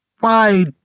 Why